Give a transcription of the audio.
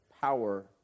power